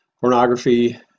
pornography